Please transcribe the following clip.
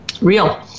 real